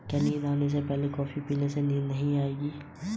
औसत परिपक्वता अवधि की गणना कैसे की जाती है?